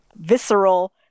visceral